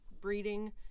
breeding